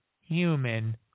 human